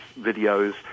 videos